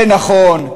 זה נכון,